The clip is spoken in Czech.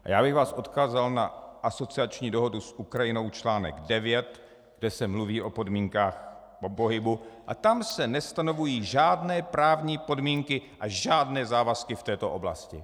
A já bych vás odkázal na asociační dohodu s Ukrajinou článek 9, kde se mluví o podmínkách pohybu, a tam se nestanovují žádné právní podmínky a žádné závazky v této oblasti.